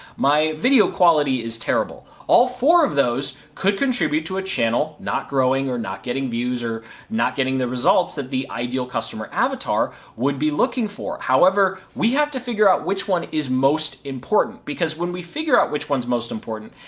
my video quality is terrible. all four of those could contribute to a channel not growing or not getting views or not getting the results that the ideal customer avatar would be looking for. however, we have to figure out which one is most important because when we figure out which one's most important,